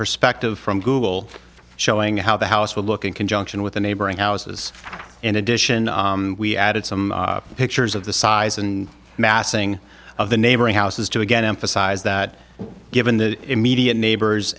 perspective from google showing how the house would look in conjunction with the neighboring houses in addition we added some pictures of the size and massing of the neighboring houses to again emphasize that given the immediate neighbors